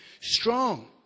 strong